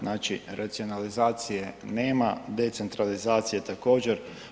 Znači racionalizacije nema, decentralizacije također.